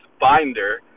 binder